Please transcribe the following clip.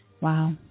Wow